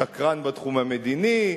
שקרן בתחום המדיני,